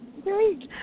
Great